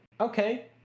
okay